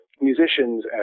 musicians